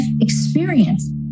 experience